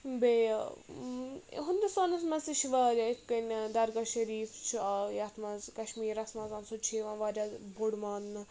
بیٚیہِ ہِندوستانَس منٛز تہِ چھِ واریاہ اِتھ کٔنۍ درگاہ شٔریٖف چھُ یَتھ منٛز کَشمیٖرَس منٛز سُہ تہِ چھُ یِوان واریاہ بوٚڑ ماننہٕ